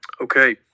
Okay